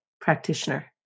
practitioner